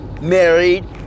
married